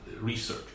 Research